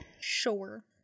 Sure